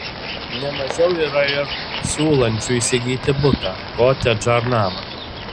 ne mažiau yra ir siūlančių įsigyti butą kotedžą ar namą